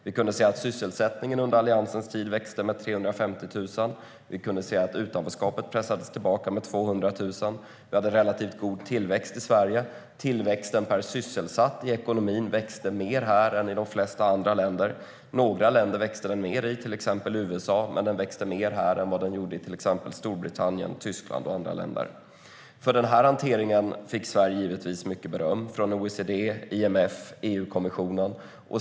Vi kunde se att sysselsättningen under Alliansens tid växte med 350 000, och vi kunde se att utanförskapet pressades tillbaka med 200 000. Vi hade relativt god tillväxt i Sverige; tillväxten per sysselsatt i ekonomin växte mer här än i de flesta andra länder. I några länder växte den mer, till exempel USA. Men den växte mer här än vad den gjorde i till exempel Storbritannien, Tyskland och andra länder. För denna hantering fick Sverige givetvis mycket beröm från OECD, IMF och EU-kommissionen.